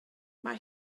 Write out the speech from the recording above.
mae